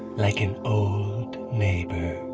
like an old neighbor.